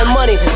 money